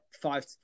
five